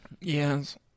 Yes